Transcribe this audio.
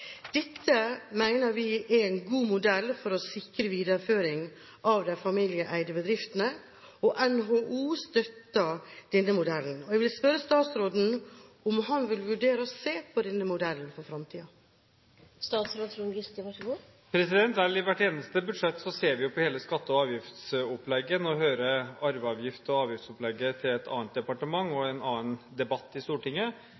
Dette mener vi er en god modell for å sikre videreføring av de familieeide bedriftene. NHO støtter denne modellen. Jeg vil spørre statsråden om han vil vurdere å se på denne modellen for fremtiden. I hvert eneste budsjett ser vi jo på hele skatte- og avgiftsopplegget. Nå hører arveavgift og avgiftsopplegget til et annet departement og en annen debatt i Stortinget,